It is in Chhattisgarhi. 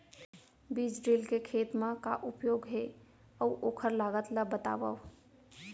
बीज ड्रिल के खेत मा का उपयोग हे, अऊ ओखर लागत ला बतावव?